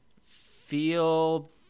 feel